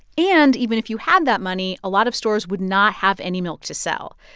and even if you had that money, a lot of stores would not have any milk to sell.